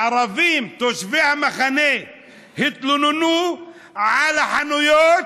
הערבים תושבי המחנה התלוננו על החנויות,